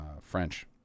French